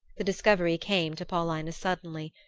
the discovery came to paulina suddenly.